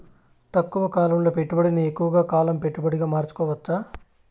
తక్కువ కాలం పెట్టుబడిని ఎక్కువగా కాలం పెట్టుబడిగా మార్చుకోవచ్చా?